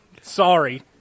sorry